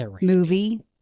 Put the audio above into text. movie